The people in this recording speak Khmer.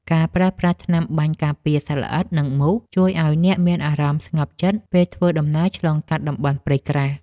ការប្រើប្រាស់ថ្នាំបាញ់ការពារសត្វល្អិត និងមូស ជួយឱ្យអ្នកមានអារម្មណ៍ស្ងប់ចិត្តពេលធ្វើដំណើរឆ្លងកាត់តំបន់ព្រៃក្រាស់។